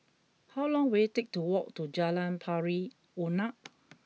how long will it take to walk to Jalan Pari Unak